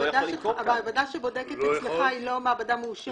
המעבדה שבודקת אצלך היא לא מעבדה מאושרת?